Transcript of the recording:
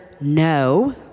no